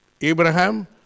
Abraham